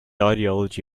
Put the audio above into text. ideology